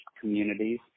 communities